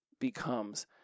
becomes